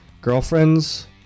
girlfriend's